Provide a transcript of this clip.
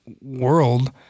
world